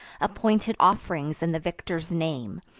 appointed off'rings in the victor's name,